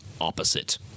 opposite